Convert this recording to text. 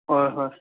ꯍꯣꯏ ꯍꯣꯏ